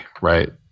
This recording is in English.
right